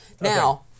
Now